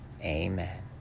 amen